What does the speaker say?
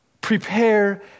prepare